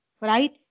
right